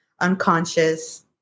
unconscious